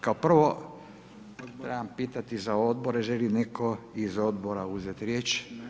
Kao prvo trebam pitati za odbore, želi li netko iz odbora uzeti riječ?